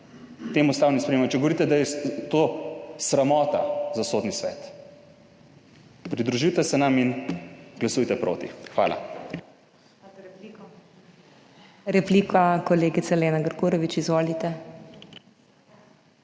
tem ustavnim spremembam, če govorite, da je to sramota za Sodni svet! Pridružite se nam in glasujte proti. Hvala.